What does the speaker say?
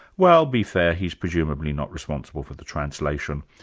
well, be fair, he's presumably not responsible for the translation.